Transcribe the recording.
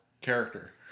character